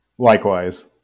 Likewise